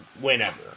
whenever